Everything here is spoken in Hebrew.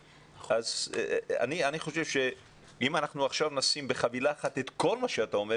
אני חושב שאם אנחנו עכשיו נשים בחבילה אחת את כל מה שאתה אומר